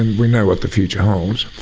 and we know what the future holds.